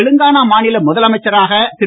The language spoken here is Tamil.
தெலுங்கானா மாநில முதலமைச்சராக திரு